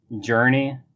journey